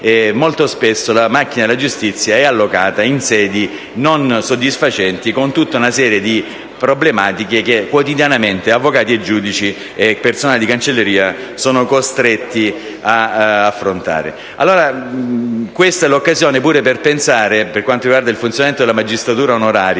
molto spesso la macchina della giustizia è allocata in sedi non soddisfacenti, con tutta una serie di problematiche che quotidianamente avvocati, giudici e personale di cancelleria sono costretti ad affrontare. Questa è dunque l'occasione anche per pensare, per quanto riguarda il funzionamento della magistratura onoraria,